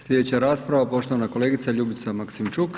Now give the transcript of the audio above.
Sljedeća rasprava poštovana kolegica Ljubica Maksimčuk.